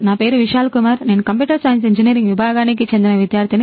నా పేరు విశాల్ కుమార్ నేను కంప్యూటర్ సైన్స్ ఇంజనీరింగ్ విభాగానికి చెందిన విద్యార్థిని